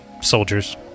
soldiers